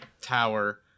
tower